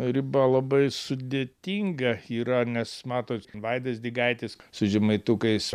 riba labai sudėtinga yra nes matot vaidas digaitis su žemaitukais